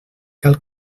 cal